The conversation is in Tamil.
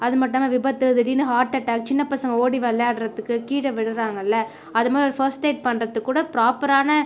அது மட்டுல்லாமல் விபத்து திடீர்ன்னு ஹாட்அட்டாக் சின்ன பசங்க ஓடி விளையாடுறதுக்கு கீழே விழுறாங்களே அதுமாதிரி ஃபர்ஸ்ட் எயிட் பண்ணுறதுக்கு கூட ப்ராப்பரான